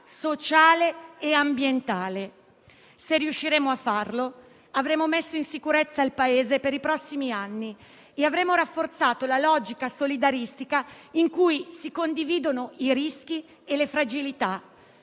sociale e ambientale. Se riusciremo a farlo, avremo messo in sicurezza il Paese per i prossimi anni e avremo rafforzato la logica solidaristica in cui si condividono i rischi e le fragilità,